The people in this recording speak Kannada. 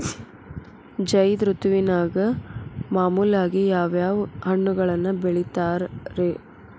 ಝೈದ್ ಋತುವಿನಾಗ ಮಾಮೂಲಾಗಿ ಯಾವ್ಯಾವ ಹಣ್ಣುಗಳನ್ನ ಬೆಳಿತಾರ ರೇ?